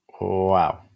Wow